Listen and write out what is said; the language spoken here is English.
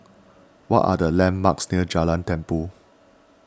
what are the landmarks near Jalan Tumpu